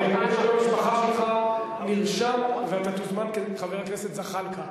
אבל לגבי שם המשפחה שלך נרשם ותוזמן כחבר הכנסת זחאלקָה.